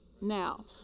Now